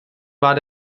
war